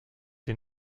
den